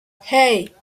hey